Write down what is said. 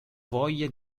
voglia